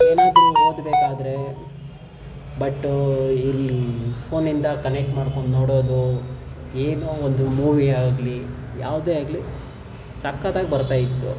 ಏನಾದ್ರೂ ಓದಬೇಕಾದ್ರೆ ಬಟ್ಟು ಇಲ್ಲಿ ಫೋನಿಂದ ಕನೆಕ್ಟ್ ಮಾಡ್ಕೊಂಡು ನೋಡೋದು ಏನೋ ಒಂದು ಮೂವಿ ಆಗಲಿ ಯಾವುದೇ ಆಗಲಿ ಸಖತ್ತಾಗಿ ಬರ್ತಾ ಇತ್ತು